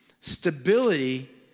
Stability